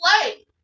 play